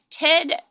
Ted